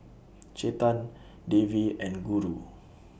Chetan Devi and Guru